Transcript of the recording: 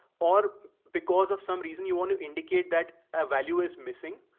or because of some reason you want to indicate that a value is missing,